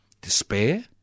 Despair